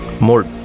more